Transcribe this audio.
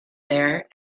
there